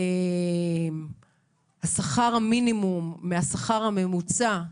שכר המינימום מהשכר הממוצע,